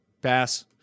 Pass